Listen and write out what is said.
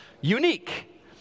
unique